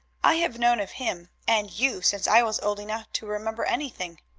i have known of him and you since i was old enough to remember anything.